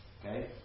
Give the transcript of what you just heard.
Okay